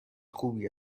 خوبی